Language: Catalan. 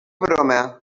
broma